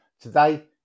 today